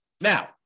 Now